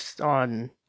on